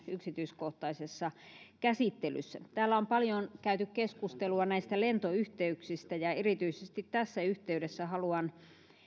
yksityiskohtaisessa käsittelyssä täällä on paljon käyty keskustelua näistä lentoyhteyksistä ja erityisesti tässä yhteydessä haluan